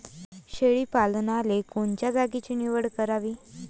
शेळी पालनाले कोनच्या जागेची निवड करावी?